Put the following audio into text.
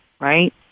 right